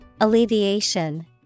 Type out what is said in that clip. Alleviation